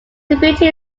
deputy